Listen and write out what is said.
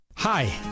Hi